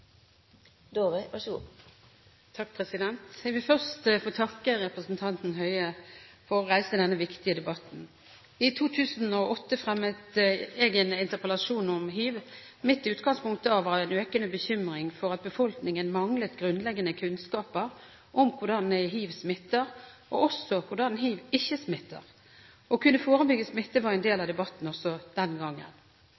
Jeg vil først få takke representanten Høie for å reise denne viktige debatten. I 2008 fremmet jeg en interpellasjon om hiv. Mitt utgangspunkt da var en økende bekymring for at befolkningen manglet grunnleggende kunnskaper om hvordan hiv smitter – og også om hvordan hiv ikke smitter. Å kunne forebygge smitte var en del